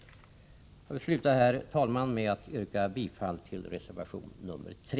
Jag vill, herr talman, till slut yrka bifall till reservation nr 3.